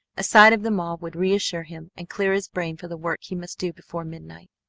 a sight of them all would reassure him and clear his brain for the work he must do before midnight.